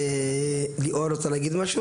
ליאור, בבקשה.